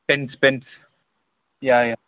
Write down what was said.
pens pens yeah yeah